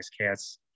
cats